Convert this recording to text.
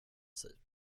sig